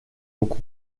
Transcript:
руку